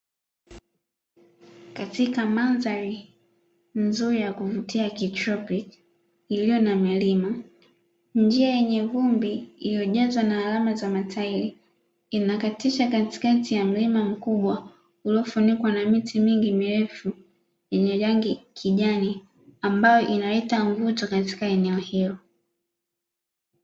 Katika mandhari nzuri ya kuvutia ya kitropiki iliyo na milima, njia yenye vumbi iliyojazwa na alama za matairi inakatisha katikati ya mlima mkubwa, uliofunikwa na miti mingi mirefu yenye rangi ya kijani ambayo inaleta mvuto katika eneo hilo.